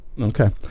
Okay